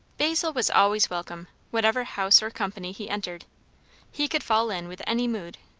basil was always welcome, whatever house or company he entered he could fall in with any mood,